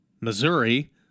Missouri